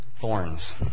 Thorns